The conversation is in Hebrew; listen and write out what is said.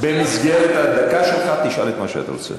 במסגרת הדקה שלך, תשאל את מה שאתה רוצה.